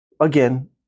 again